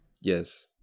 Yes